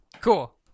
Cool